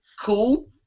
Cool